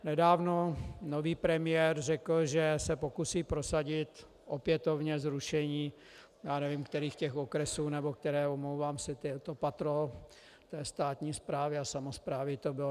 Nedávno nový premiér řekl, že se pokusí prosadit opětovně zrušení, já nevím, kterých okresů, nebo, omlouvám se, které patro státní správy a samosprávy to bylo.